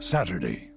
Saturday